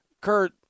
Kurt